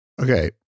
Okay